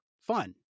fun